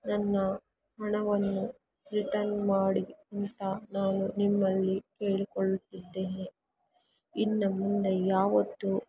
ನನ್ನ ಹಣವನ್ನು ರಿಟರ್ನ್ ಮಾಡಿ ಅಂತ ನಾನು ನಿಮ್ಮಲ್ಲಿ ಕೇಳಿಕೊಳ್ಳುತ್ತಿದ್ದೇನೆ ಇನ್ನು ಮುಂದೆ ಯಾವತ್ತೂ